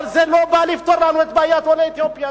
אבל זה לא בא לפתור לנו את בעיית עולי אתיופיה,